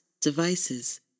devices